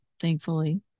thankfully